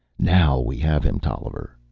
now we have him, tolliver,